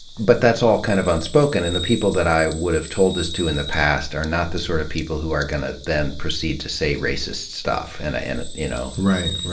but that's all kind of unspoken, and the people that i would have told this to in the past are not the sort of people who are going to then proceed to say racist stuff. and ah you know right.